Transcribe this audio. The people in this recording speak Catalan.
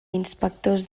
inspectors